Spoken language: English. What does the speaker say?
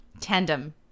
tandem